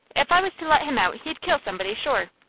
if i was to let him out he'd kill somebody, sure.